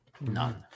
none